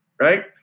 right